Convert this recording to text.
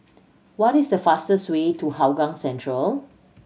what is the fastest way to Hougang Central